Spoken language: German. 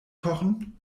kochen